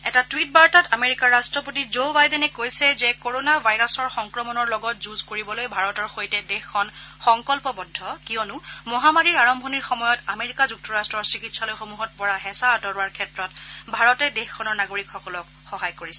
এটা টুইট বাৰ্তাত আমেৰিকাৰ ৰাট্টপতি জ ৱাইডেনে কৈছে যে কৰণা ভাইৰাছৰ সংক্ৰমণৰ লগত যুঁজ কৰিবলৈ ভাৰতৰ সৈতে দেশখন সংকল্পবদ্ধ কিয়নো মহামাৰীৰ আৰম্ভণিৰ সময়ত আমেৰিকা যুক্তৰাট্টৰ চিকিৎসালয়সমূহত পৰা হেঁচা আঁতৰোৱাৰ ক্ষেত্ৰত ভাৰতে দেশখনৰ নাগৰিকসকলক সহায় কৰিছিল